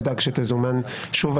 אדאג שתזומן שוב,